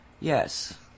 yes